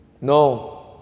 No